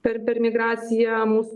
per per migraciją mūsų